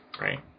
Right